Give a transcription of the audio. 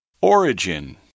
origin